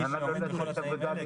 מי שעומד בכל התנאים האלה,